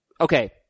okay